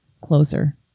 closer